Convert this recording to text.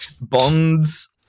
Bond's